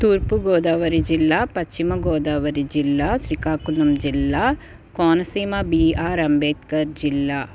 తూర్పు గోదావరి జిల్లా పశ్చిమ గోదావరి జిల్లా శ్రీకాకుళం జిల్లా కోనసీమ బిఆర్ అంబేద్కర్ జిల్లా